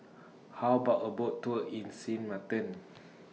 How about A Boat Tour in Sint Maarten